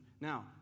Now